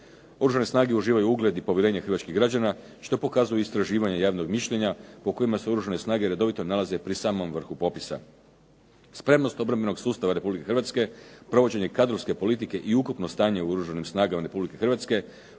Oružane snage uživaju ugled i povjerenje hrvatskih građana što pokazuju istraživanja javnog mišljenja, po kojima se Oružane snage redovito nalaze pri samom vrhu popisa. Spremnost obrambenog sustava Republike Hrvatske, provođenje kadrovske politike i ukupno stanje u Oružanim snagama Republike Hrvatske